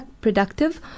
productive